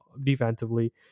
defensively